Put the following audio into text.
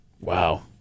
Wow